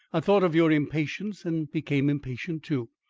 i thought of your impatience and became impatient too.